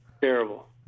Terrible